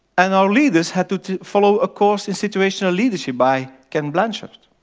and our leaders had to to follow a course in situational leadership by ken blanchard